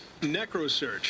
NecroSearch